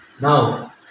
now